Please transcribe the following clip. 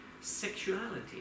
sexuality